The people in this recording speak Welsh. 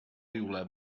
rywle